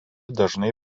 dažnai